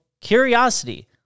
Curiosity